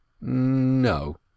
no